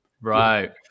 Right